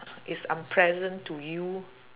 is unpleasant to you